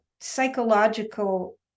psychological